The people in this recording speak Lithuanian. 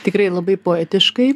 tikrai labai poetiškai